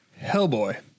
Hellboy